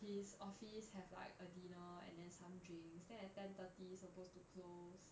his office have like a dinner and then some drinks then at ten thirty supposed to close